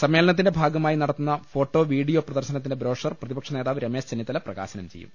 സമ്മേളനത്തിന്റെ ഭാഗമായി നടത്തുന്ന ഫോട്ടോ വീഡിയോ പ്രദർശനത്തിന്റെ ബ്രോഷർ പ്രതിപക്ഷനേതാവ് രമേശ് ചെന്നി ത്തല പ്രകാശനം ചെയ്യും